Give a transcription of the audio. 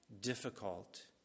difficult